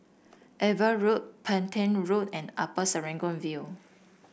Ava Road Petain Road and Upper Serangoon View